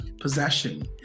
possession